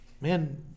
man